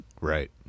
Right